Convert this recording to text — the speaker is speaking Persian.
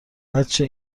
بچه